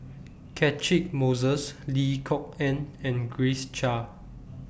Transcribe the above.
Catchick Moses Lim Kok Ann and Grace Chia